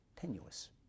tenuous